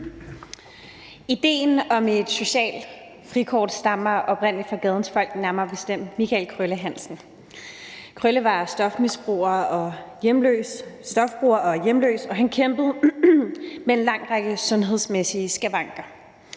Idéen om et socialt frikort stammer oprindelig fra gadens folk, nærmere bestemt Michael »Krølle« Hansen. Krølle var stofbruger og hjemløs, og han kæmpede med en lang række sundhedsmæssige skavanker;